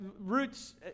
roots